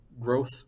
growth